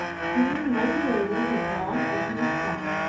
swinging regularly his long ebony staff,